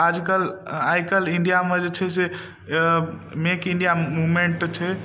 आजकल आइ काल्हि इंडियामे जे छै से मेक इंडिया मूवमेंट छै